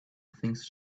things